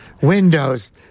Windows